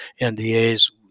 ndas